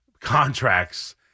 contracts